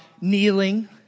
kneeling